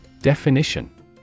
Definition